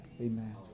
Amen